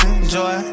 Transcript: enjoy